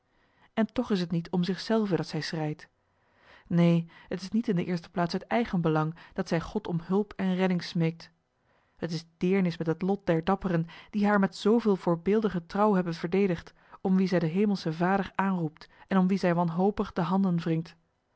en toch is het niet om zichzelve dat zij schreit neen t is niet in de eerste plaats uit eigenbelang dat zij god om hulp en redding smeekt t is deernis met het lot der dapperen die haar met zooveel voorbeeldige trouw hebben verdedigd om wie zij den hemelschen vader aanroept en om wie zij wanhopig de handen